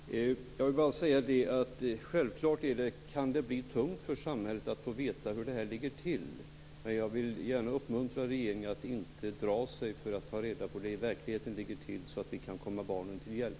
Herr talman! Jag vill bara säga att det självfallet kan bli tungt för samhället att få veta hur detta ligger till. Men jag vill gärna uppmuntra regeringen att inte dra sig för att ta reda på hur det i verkligheten ligger till, så att vi kan komma barnen till hjälp.